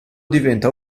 diventa